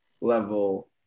level